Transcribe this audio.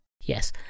yes